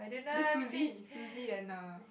the Suzy Suzy and err